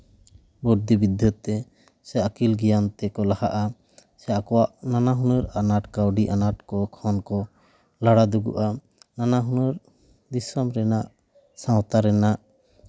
ᱵᱩᱫᱽᱫᱷᱤ ᱵᱤᱨᱫᱟᱹᱛᱮ ᱥᱮ ᱟᱹᱠᱤᱞ ᱜᱮᱭᱟᱱ ᱛᱮᱠᱚ ᱞᱟᱦᱟᱜᱼᱟ ᱥᱮ ᱟᱠᱚᱣᱟᱜ ᱱᱟᱱᱟ ᱦᱩᱱᱟᱹᱨ ᱟᱱᱟᱴ ᱠᱟᱹᱣᱰᱤ ᱟᱱᱟᱴ ᱠᱚ ᱠᱷᱚᱱ ᱠᱚ ᱨᱟᱲᱟ ᱫᱩᱜᱩᱜᱼᱟ ᱱᱟᱱᱟ ᱦᱩᱱᱟᱹᱨ ᱫᱤᱥᱚᱢ ᱨᱮᱱᱟᱜ ᱥᱟᱶᱛᱟ ᱨᱮᱱᱟᱜ